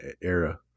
era